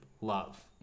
love